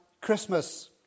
christmas